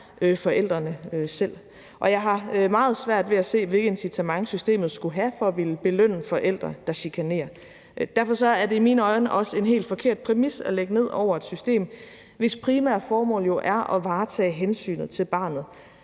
forældrene selv. Jeg har meget svært ved at se, hvilket incitament systemet skulle have for at belønne forældre, der chikanerer. Derfor er det i mine øjne også en helt forkert præmis at lægge ned over et system, hvis primære formål jo er at varetage hensynet til barnet